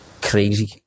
crazy